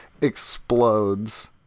explodes